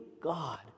God